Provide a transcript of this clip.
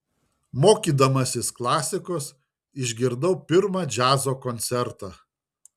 mokydamasis klasikos išgirdau pirmą džiazo koncertą